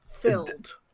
filled